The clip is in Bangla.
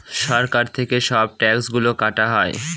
সরকার থেকে সব ট্যাক্স গুলো কাটা হয়